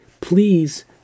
please